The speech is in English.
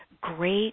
great